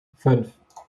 fünf